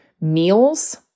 meals